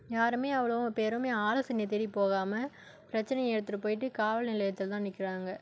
யாருமே அவ்வளவும் இப்போ யாருமே ஆலோசனை தேடி போகாமல் பிரச்சினைய எடுத்துகிட்டு போயிட்டு காவல் நிலையத்தில் தான் நிற்கிறாங்க